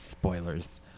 Spoilers